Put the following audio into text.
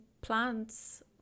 plants